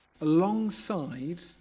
alongside